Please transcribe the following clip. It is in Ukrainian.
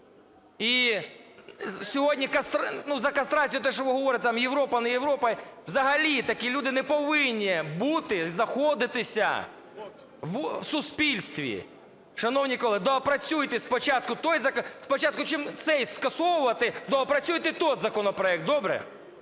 І сьогодні… ну, за кастрацію, те, що ви говорите там, Європа, не Європа – взагалі такі люди не повинні бути, знаходитися в суспільстві. Шановні колеги, доопрацюйте спочатку той… спочатку чим цей скасовувати, доопрацюйте той законопроект, добре?